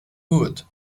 wood